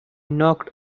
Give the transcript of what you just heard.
knocked